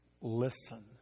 listen